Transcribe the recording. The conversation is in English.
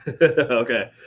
Okay